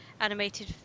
animated